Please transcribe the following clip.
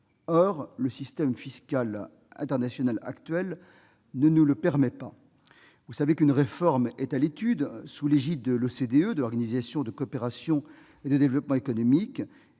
Or le système fiscal international actuel ne nous le permet pas. Une réforme est à l'étude, sous l'égide de l'Organisation de coopération et de développement économiques,